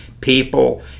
people